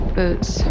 boots